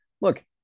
look